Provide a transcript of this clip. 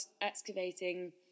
excavating